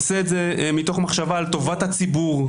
עושה את זה מתוך מחשבה על טובת הציבור,